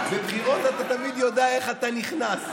בבחירות אתה תמיד יודע איך אתה נכנס,